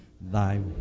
thy